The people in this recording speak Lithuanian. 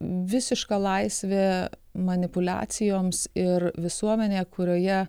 visiška laisvė manipuliacijoms ir visuomenė kurioje